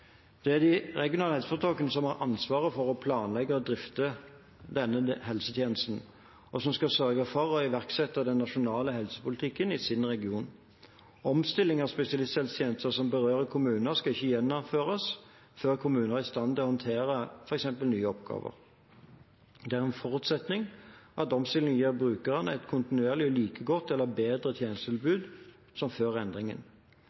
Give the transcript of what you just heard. Det er de regionale helseforetakene som har ansvaret for å planlegge og drifte denne helsetjenesten, og som skal sørge for å iverksette den nasjonale helsepolitikken i sin region. Omstilling av spesialisthelsetjenester som berører kommuner, skal ikke gjennomføres før kommunene er i stand til å håndtere f.eks. nye oppgaver. Det er en forutsetning at omstillingen gir brukerne et kontinuerlig og like godt tjenestetilbud som – eller bedre enn – før endringen.